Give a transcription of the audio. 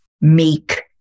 meek